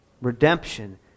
redemption